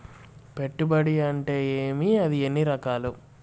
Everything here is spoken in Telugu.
పెట్టుబడి అంటే ఏమి అది ఎన్ని రకాలు